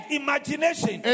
imagination